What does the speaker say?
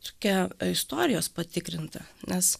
tokia istorijos patikrinta nes